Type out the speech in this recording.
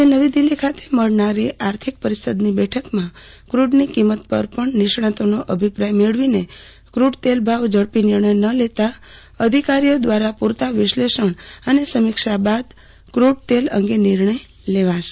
આજ નવી દિલ્હી ખાતે મળનારી આર્થિક પરિષદની બેઠકમાં ક્રડની કિંમત પર પણ નિષ્ણાતોનો અભિપ્રાય મેળવીને ક્રુડતેલના ભાવ ઝડપથી નિર્ણય ન લેતાં અધિકારીઓ દવારા પૂરતા વિશ્લેષણ અને અમોક્ષા બાદ ક્રુડતેલ અંગે નિર્ણય લેવાશે